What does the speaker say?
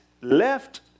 left